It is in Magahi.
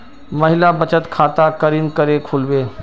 महिला बचत खाता केरीन करें खुलबे